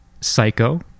psycho